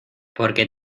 porque